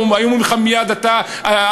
היו אומרים לך מייד: עדתיות,